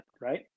Right